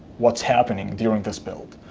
what's happening during this build.